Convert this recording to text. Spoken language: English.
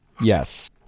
Yes